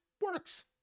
works